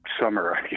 summer